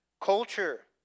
Culture